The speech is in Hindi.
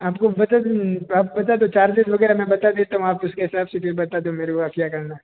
आप को बता दूँ आप बता दो चार्जेज़ वग़ैरह में बता देता हूँ आप उस के हिसाब से फिर बता दो मेरे को अब क्या करना है